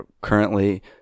currently